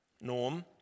Norm